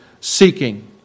seeking